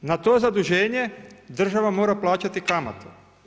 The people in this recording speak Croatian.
Na to zaduženje država mora plaćati kamate.